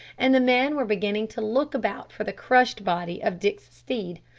and the men were beginning to look about for the crushed body of dick's steed,